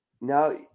Now